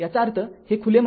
याचा अर्थ हे खुले आहे